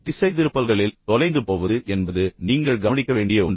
எனவே திசைதிருப்பல்களில் தொலைந்து போவது என்பது நீங்கள் கவனிக்க வேண்டிய ஒன்று